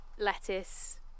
lettuce